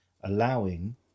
allowing